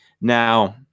now